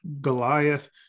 Goliath